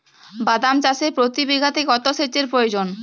বাদাম চাষে প্রতি বিঘাতে কত সেচের প্রয়োজন?